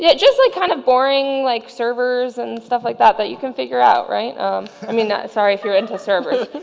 yeah just like kind of boring like servers and stuff like that that you can figure out right i mean sorry if you're into servers